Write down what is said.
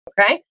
Okay